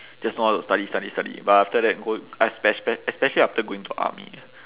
just know how to study study study but after that go I spe~ especially after going to army